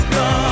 go